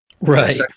Right